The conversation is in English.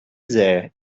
there